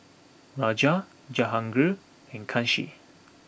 Raja Jahangir and Kanshi